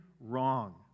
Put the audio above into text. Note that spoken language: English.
wrong